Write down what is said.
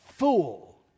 Fool